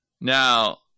Now